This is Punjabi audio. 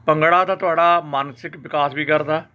ਭੰਗੜਾ ਤਾਂ ਤੁਹਾਡਾ ਮਾਨਸਿਕ ਵਿਕਾਸ ਵੀ ਕਰਦਾ